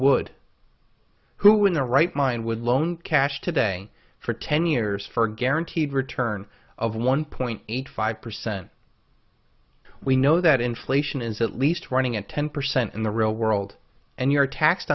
would who in their right mind would loan cash today for ten years for guaranteed return of one point eight five percent we know that inflation is at least running at ten percent in the real world and you are taxed